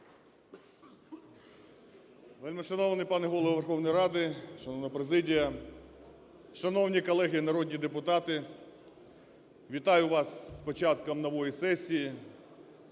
Вельмишановний пане Голово Верховної Ради, шановна президія, шановні колеги народні депутати, вітаю вас з початком нової сесії.